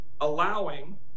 allowing